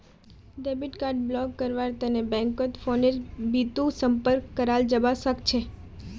debit card block करव्वार तने बैंकत फोनेर बितु संपर्क कराल जाबा सखछे